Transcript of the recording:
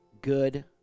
good